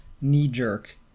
knee-jerk